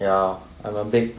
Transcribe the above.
ya I'm a big